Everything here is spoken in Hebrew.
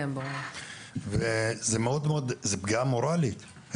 זו פגיעה מורלית,